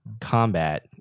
combat